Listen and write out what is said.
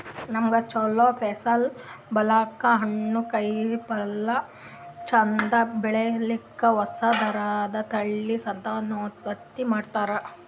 ನಮ್ಗ್ ಛಲೋ ಫಸಲ್ ಬರ್ಲಕ್ಕ್, ಹಣ್ಣ್, ಕಾಯಿಪಲ್ಯ ಚಂದ್ ಬೆಳಿಲಿಕ್ಕ್ ಹೊಸ ಥರದ್ ತಳಿ ಸಂತಾನೋತ್ಪತ್ತಿ ಮಾಡ್ತರ್